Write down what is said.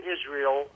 Israel